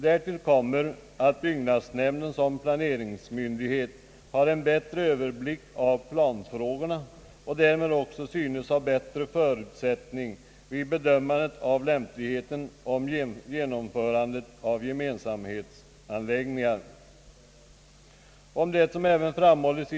Därtill kommer att byggnadsnämnden som planeringsmyndighet har en bättre överblick av planfrågorna och därmed också synes ha bättre förutsättningar att bedöma lämpligheten av att gemensamhetsanläggningar av ena eller andra slaget utföres.